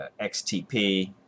XTP